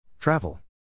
travel